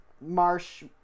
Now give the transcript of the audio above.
marsh